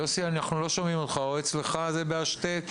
יוסי, אנחנו לא שומעים אותך, אולי זה על השתק